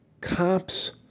cops